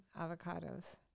avocados